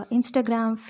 Instagram